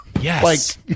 Yes